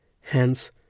hence